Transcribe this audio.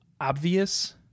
obvious